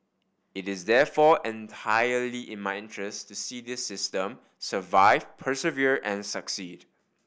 it is therefore entirely in my interest to see this system survive persevere and succeed